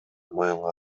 моюнга